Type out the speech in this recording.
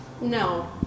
No